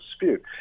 dispute